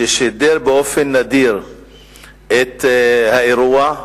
ששידר באופן נדיר את האירוע.